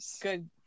good